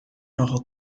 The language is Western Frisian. nochal